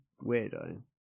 weirdo